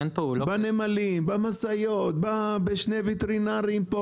כך בנמלים, במשאיות, בווטרינרים.